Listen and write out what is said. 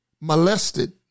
molested